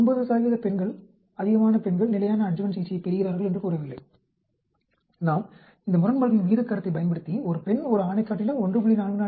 நாம் 9 பெண்கள் அதிகமான பெண்கள் நிலையான அட்ஜுவன்ட் சிகிச்சையைப் பெறுகிறார்கள் என்று கூறவில்லை நாம் இந்த முரண்பாடுகளின் விகிதக் கருத்தைப் பயன்படுத்தி ஒரு பெண் ஒரு ஆணைக் காட்டிலும் 1